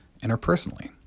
interpersonally